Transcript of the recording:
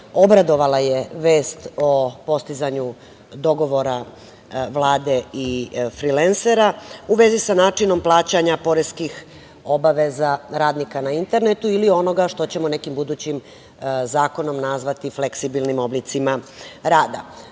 obradovala je vest o postizanju dogovora Vlade i frilensera u vezi sa načinom plaćanja poreskih obaveza radnika na internetu ili onoga što ćemo nekim budućim zakonom nazvati fleksibilnim oblicima rada. Svako